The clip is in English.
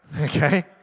Okay